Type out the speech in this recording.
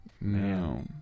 No